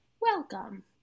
Welcome